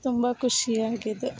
ತುಂಬ ಖುಷಿಯಾಗಿದೆ